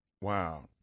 Wow